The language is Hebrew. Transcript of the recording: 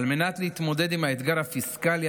על מנת להתמודד עם האתגר הפיסקלי,